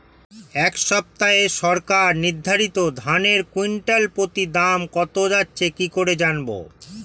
এই সপ্তাহে সরকার নির্ধারিত ধানের কুইন্টাল প্রতি দাম কত যাচ্ছে কি করে জানবো?